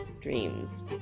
dreams